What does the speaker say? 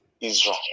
Israel